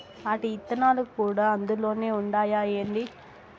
ఆటి ఇత్తనాలు కూడా అందులోనే ఉండాయా ఏంది